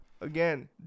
again